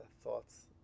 thoughts